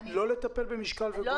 לא לטפל במשקל ובגובה.